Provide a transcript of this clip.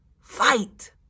Fight